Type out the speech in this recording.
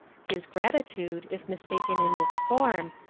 his gratitude, if mistaken in its form,